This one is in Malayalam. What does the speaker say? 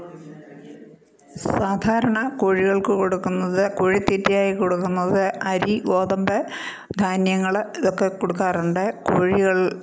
സാധാരണ കോഴികൾക്ക് കൊടുക്കുന്നത് കോഴി തീറ്റ ആയി കൊടുക്കുന്നത് അരി ഗോതമ്പ് ധാന്യങ്ങൾ ഇതൊക്കെ കൊടുക്കാറുണ്ട് കോഴികൾ